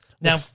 Now